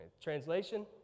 Translation